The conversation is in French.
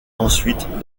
ensuite